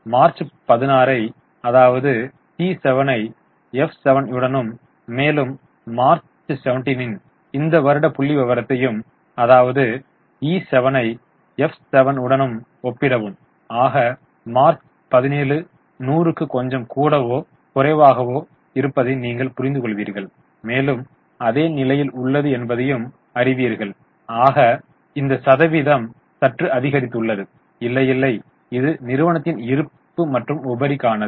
March 16 ஐ அதாவது C7 ஐ F7 யுடனும் மேலும் மார்ச் 17 ன் இந்த வருட புள்ளி விவரத்தையும் அதாவது E7 ஐ F7 யுடன் ஒப்பிடவும் ஆக மார்ச் 17 100 க்கு கொஞ்சம் கூடவோ குறைவாகவோ இருப்பதை நீங்கள் புரிந்துகொள்வீர்கள் மேலும் அதே நிலையில் உள்ளது என்பதையும் அறிவீர்கள் ஆக இந்த சதவீதம் சற்று அதிகரித்துள்ளது இல்லை இல்லை இது நிறுவனத்தின் இருப்பு மற்றும் உபரிக்கானது